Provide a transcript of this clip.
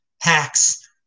hacks